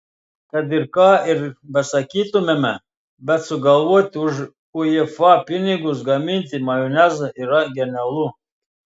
kad ir ką ir besakytumėme bet sugalvoti už uefa pinigus gaminti majonezą yra genialu